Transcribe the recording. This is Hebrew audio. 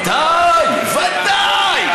והחוקים, זה לא שייך, אתה אדם רציני, בוודאי.